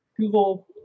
google